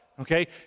okay